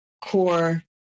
core